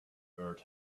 earth